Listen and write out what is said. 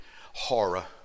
horror